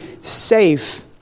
safe